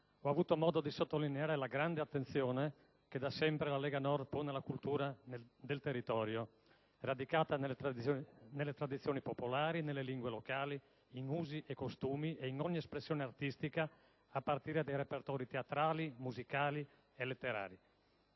ho avuto modo di sottolineare la grande attenzione che da sempre la Lega Nord pone alla cultura del territorio, radicata nelle tradizioni popolari, nelle lingue locali, in usi e costumi e in ogni espressione artistica, a partire dai repertori teatrali, musicali e letterari.